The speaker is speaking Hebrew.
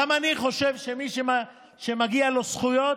גם אני חושב שמי שמגיעות לו זכויות,